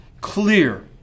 clear